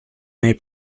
may